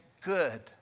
good